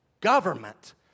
government